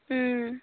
ওম